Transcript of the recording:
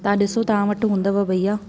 तव्हां ॾिसो तव्हां वटि हूंदव भईया